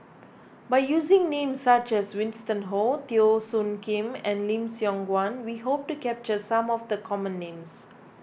by using names such as Winston Oh Teo Soon Kim and Lim Siong Guan we hope to capture some of the common names